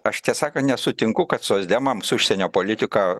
aš tiesą sakant nesutinku kad socdemams užsienio politika